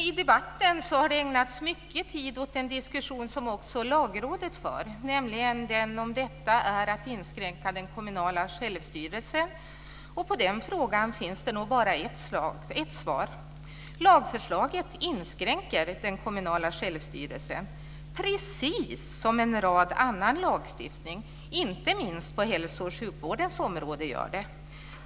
I debatten har det ägnats mycket tid åt en diskussion som också Lagrådet för, nämligen den om ifall detta är att inskränka den kommunala självstyrelsen. På den frågan finns det nog bara ett svar. Lagförslaget inskränker den kommunala självstyrelsen, precis som en rad annan lagstiftning - inte minst på hälso och sjukvårdens område - gör det.